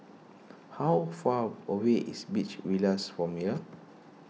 how far away is Beach Villas from here